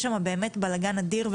יש שם באמת בלגן אדיר,